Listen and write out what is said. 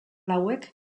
hauek